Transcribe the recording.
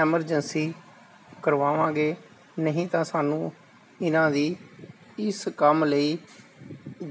emergency ਕਰਵਾਵਾਂਗੇ ਨਹੀਂ ਤਾਂ ਸਾਨੂੰ ਇਹਨਾਂ ਦੀ ਇਸ ਕੰਮ ਲਈ